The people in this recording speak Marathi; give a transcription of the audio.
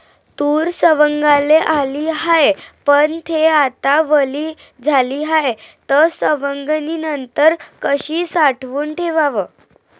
तूर सवंगाले आली हाये, पन थे आता वली झाली हाये, त सवंगनीनंतर कशी साठवून ठेवाव?